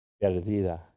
Perdida